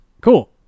cool